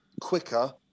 quicker